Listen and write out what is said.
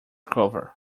cover